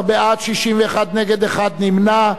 14 בעד, 61 נגד, אחד נמנע.